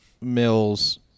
Mills